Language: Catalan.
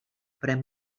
pren